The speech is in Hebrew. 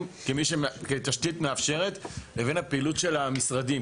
כתשתית מאפשרת לבין הפעילות של המשרדים.